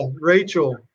Rachel